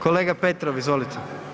Kolega Petrov, izvolite.